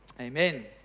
Amen